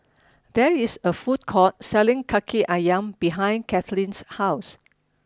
there is a food court selling Kaki Ayam behind Kathleen's house